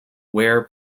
wear